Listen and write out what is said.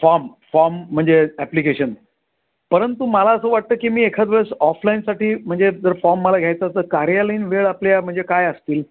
form form म्हणजे application परंतु मला असं वाटतं की मी एखाद वळेस ऑफलाईनसाठी म्हणजे जर फॉर्म मला घ्यायचं तर कार्यालयीन वेळ आपल्या म्हणजे काय असतील